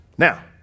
Now